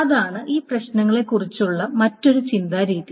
അതാണ് ഈ പ്രശ്നങ്ങളെക്കുറിച്ചുള്ള മറ്റൊരു ചിന്താ രീതി